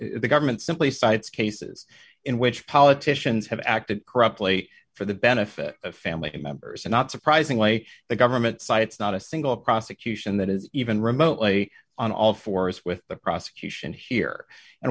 the government simply cites cases in which politicians have acted corruptly for the benefit of family members and not surprisingly the government side it's not a single prosecution that is even remotely on all fours with the prosecution here and